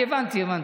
אני הבנתי, הבנתי.